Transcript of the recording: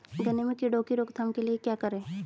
गन्ने में कीड़ों की रोक थाम के लिये क्या करें?